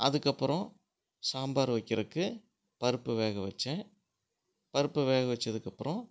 அதற்கப்பறம் சாம்பார் வைக்கிறக்கு பருப்பை வேக வச்சேன் பருப்பை வேக வச்சதுக்கப்புறம்